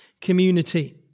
community